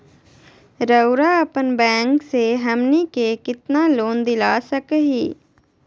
रउरा अपन बैंक से हमनी के कितना लोन दिला सकही?